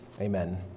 Amen